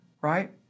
right